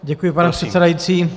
Děkuji, pane předsedající.